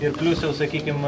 ir plius jau sakykim